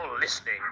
listening